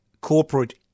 corporate